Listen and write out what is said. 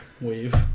Wave